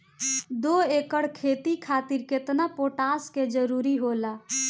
दु एकड़ खेती खातिर केतना पोटाश के जरूरी होला?